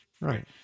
Right